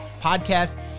podcast